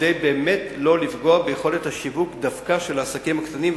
כדי באמת לא לפגוע ביכולת השיווק דווקא של עסקים קטנים,